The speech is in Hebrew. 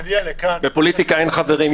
בפוליטיקה אין חברים,